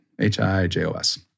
H-I-J-O-S